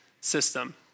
system